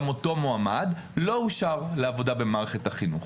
גם אותו מועמד לא אושר לעבודה במערכת החינוך.